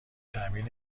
تعمیر